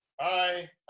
Hi